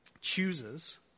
chooses